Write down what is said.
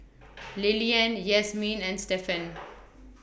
Lillian Yasmeen and Stefan